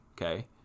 Okay